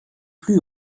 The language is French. plus